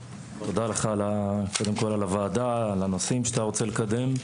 תודה לך קודם כל על הוועדה על הנושאים שאתה רוצה לקדם,